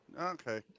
okay